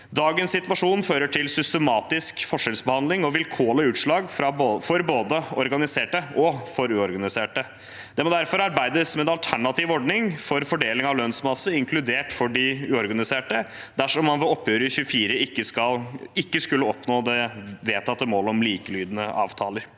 Dagens situasjon fører til systematisk forskjellsbehandling og vilkårlige utslag for både organiserte og uorganiserte. Det må derfor arbeides med en alternativ ordning for fordeling av lønnsmasse, inkludert for de uorganiserte, dersom man ved oppgjøret i 2024 ikke skulle oppnå det vedtatte målet om likelydende avtaler.